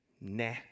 nah